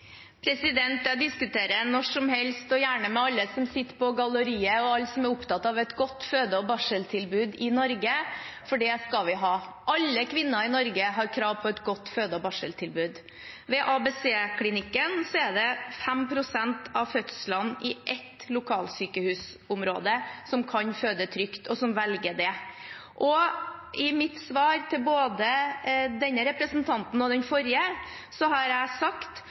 Jeg diskuterer når som helst, og gjerne med alle som sitter på galleriet, og alle som er opptatt av et godt føde- og barseltilbud i Norge, for det skal vi ha. Alle kvinner i Norge har krav på et godt føde- og barseltilbud. Ved ABC-klinikken er det 5 pst. av de fødende kvinnene i et lokalsykehusområde som kan føde trygt der, og som velger det. I mitt svar til både denne representanten og den forrige har jeg sagt